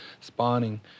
spawning